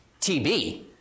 TB